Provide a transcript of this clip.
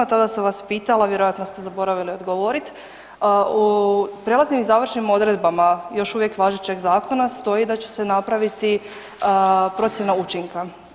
Tada sam vas pitala, vjerojatno ste zaboravili odgovorit, u prelaznim i završnim odredbama, još uvijek važećeg zakona stoji da će se napraviti procjena učinka.